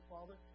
Father